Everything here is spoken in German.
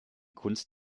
kunst